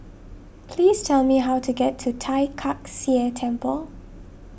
please tell me how to get to Tai Kak Seah Temple